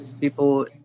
people